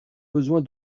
besoin